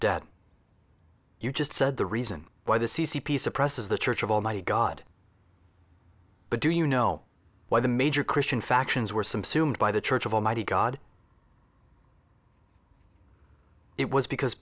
you just said the reason why the c c p suppresses the church of almighty god but do you know why the major christian factions were some sumed by the church of almighty god it was because